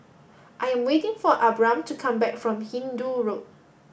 I am waiting for Abram to come back from Hindoo Road